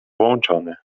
włączony